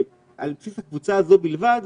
על בסיס הקבוצה הזאת בלבד,